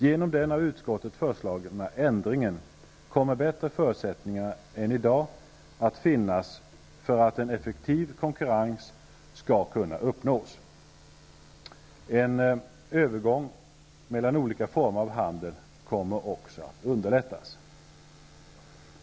Genom den av utskottet föreslagna ändringen kommer bättre förutsättningar än i dag att finnas för att en effektiv konkurrens skall kunna uppnås. En övergång mellan olika former av handel kommer också att underlättas.